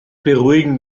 beruhigen